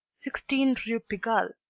sixteen rue pigalle,